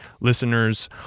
listeners